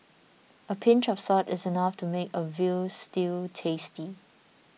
a pinch of salt is enough to make a Veal Stew tasty